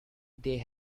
they